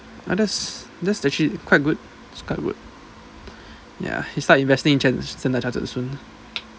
ah that's actua~ that's actually quite good it's quite good ya should start investing in Standard Chartered soon